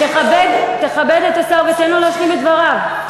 תכבד את השר ותן לו להשלים את דבריו.